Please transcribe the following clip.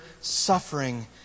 suffering